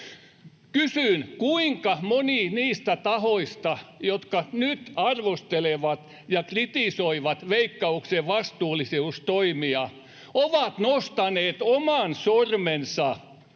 Kysyn, kuinka moni niistä tahoista, jotka nyt arvostelevat ja kritisoivat Veikkauksen vastuullisuustoimia, on nostanut oman sormensa ja